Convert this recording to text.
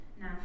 now